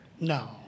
No